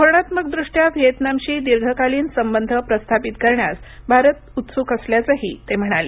धोरणात्मकदृष्ट्या व्हिएतनामशी दीर्घकालीन संबंध प्रस्थापित करण्यास भारत उत्सुक असल्याचंही ते म्हणाले